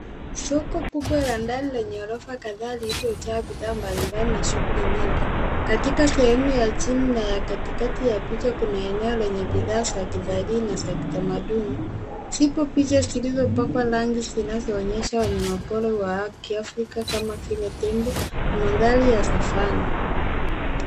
Soko kubwa la ndani lenye ghorofa kadhaa lililojaa bidhaa mbalimbali na shughuli nyingi. Katika sehemu ya chini na ya katikati ya picha kuna eneo lenye bidhaa za kitalii na za kitamaduni. Ziko picha zilizopakwa rangi zinazoonyesha wanyamapori wa kiafrika kama vile tembo. Mandhari ya savana.